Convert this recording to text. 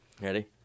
Ready